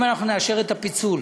אם אנחנו נאשר את הפיצול,